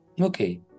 Okay